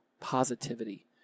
positivity